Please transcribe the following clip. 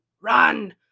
run